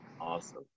Awesome